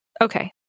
Okay